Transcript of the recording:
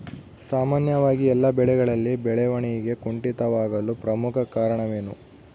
ಸಾಮಾನ್ಯವಾಗಿ ಎಲ್ಲ ಬೆಳೆಗಳಲ್ಲಿ ಬೆಳವಣಿಗೆ ಕುಂಠಿತವಾಗಲು ಪ್ರಮುಖ ಕಾರಣವೇನು?